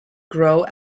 grow